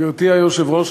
גברתי היושבת-ראש,